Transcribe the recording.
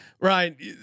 Right